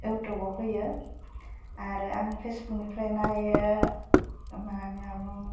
एवटुबाव होयो आरो आं फेसबुकनिफ्राय नायो मा होनना बुं